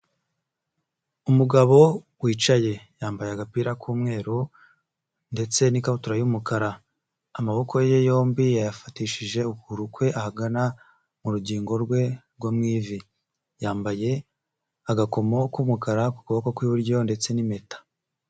Umugabo wicaye. Yambaye agapira k'umweru ndetse n'ikabutura y'umukara. Amaboko ye yombi, yayafatishije ukuguru kwe ahagana mu rugingo rwe rwo mu ivi. Yambaye agakomo k'umukara ku kuboko kw'iburyo ndetse n'impeta.